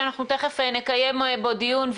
שאנחנו תיכף נקיים בו דיון,